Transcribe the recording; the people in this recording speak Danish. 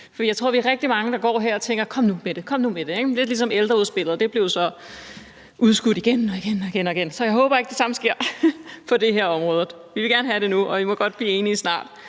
Jeg tror, vi er rigtig mange, der går her og tænker: Kom nu med det, kom nu med det! Det er lidt ligesom ældreudspillet, og det blev jo så udskudt igen og igen, så jeg håber ikke, at det samme sker på det her område. Vi vil gerne have det nu, og I må godt blive enige snart.